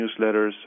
newsletters